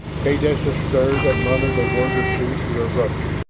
kaydessa stirred and muttered a word or two to her brother.